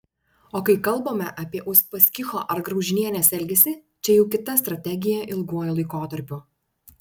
o kai kalbame apie uspaskicho ar graužinienės elgesį čia jau kita strategija ilguoju laikotarpiu